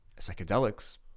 psychedelics